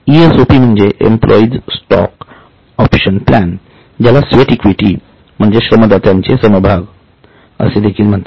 ESOP म्हणजे employees stock option plan ज्याला sweat equity श्रमदात्यांचे समभाग देखील म्हणतात